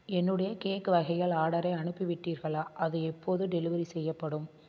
என்னுடைய கேக் வகைகள் ஆர்டரை அனுப்பிவிட்டீர்களா அது எப்போது டெலிவரி செய்யப்படும்